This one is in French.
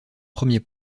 premier